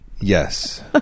Yes